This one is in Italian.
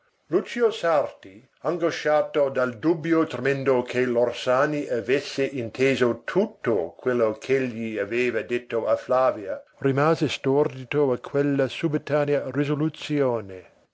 lucio sarti angosciato dal dubbio tremendo che l'orsani avesse inteso tutto quello ch'egli aveva detto a flavia rimase stordito a quella subitanea risoluzione